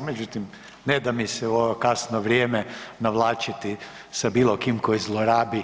Međutim, ne da mi se u ovo kasno vrijeme navlačiti sa bilo kim koji zlorabi